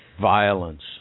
violence